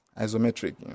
isometric